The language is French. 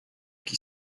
qui